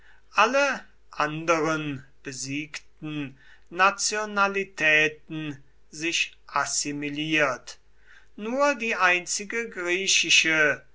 alle anderen besiegten nationalitäten sich assimiliert nur die einzige griechische